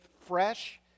fresh